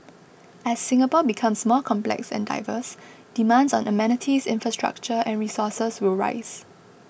as Singapore becomes more complex and diverse demands on amenities infrastructure and resources will rise